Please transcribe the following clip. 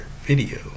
Video